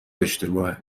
اشتباهه